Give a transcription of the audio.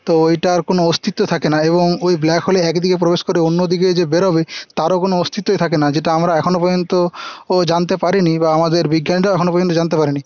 তো ওইটার কোনও অস্তিত্ব থাকে না এবং ওই ব্ল্যাক হোলে একদিকে প্রবেশ করে অন্যদিকে যে বেরোবে তারও কোন অস্তিত্বই থাকে না যেটা আমরা এখনও পর্যন্তও জানতে পারিনি বা আমাদের বিজ্ঞানীরাও এখনও পর্যন্ত জানতে পারেনি